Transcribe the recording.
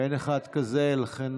אין אחד כזה, ולכן